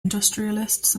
industrialists